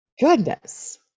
goodness